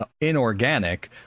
inorganic